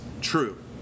True